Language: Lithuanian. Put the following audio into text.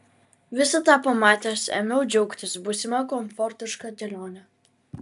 visą tą pamatęs ėmiau džiaugtis būsima komfortiška kelione